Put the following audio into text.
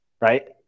Right